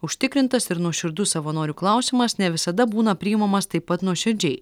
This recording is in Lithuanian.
užtikrintas ir nuoširdus savanorių klausimas ne visada būna priimamas taip pat nuoširdžiai